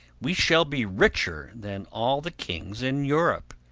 we shall be richer than all the kings in europe.